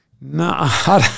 No